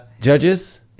judges